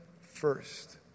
first